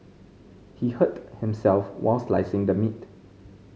he hurt himself while slicing the meat